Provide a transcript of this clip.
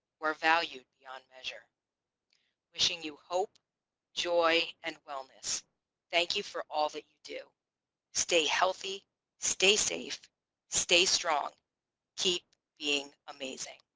valued beyond measure wishing you hope joy and wellness thank you for all that you do stay healthy stay safe stay strong keep being amazing